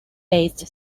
based